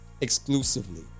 exclusively